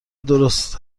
درست